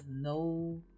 no